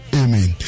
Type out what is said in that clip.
amen